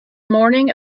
morning